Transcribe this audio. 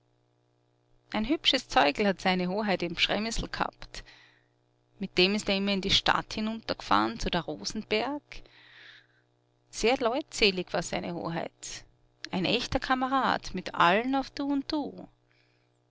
ein hübsches zeug'l hat seine hoheit in pzremysl gehabt mit dem ist er immer in die stadt hinunterg'fahren zu der rosenberg sehr leutselig war seine hoheit ein echter kamerad mit allen auf du und du